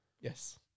yes